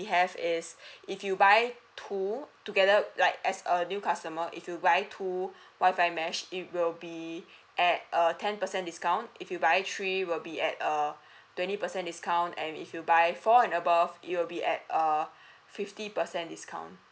we have is if you buy two together like as a new customer if you buy two WI-FI mesh it will be at err ten percent discount if you buy three will be at err twenty percent discount and if you buy four and above you'll be at err fifty percent discount